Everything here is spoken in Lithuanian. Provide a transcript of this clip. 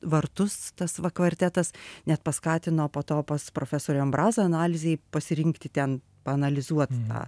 vartus tas va kvartetas net paskatino po to pas profesorių ambrazą analizei pasirinkti ten paanalizuot tą